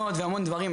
מצוין.